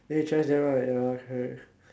then you thrash Daryl ya correct